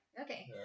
okay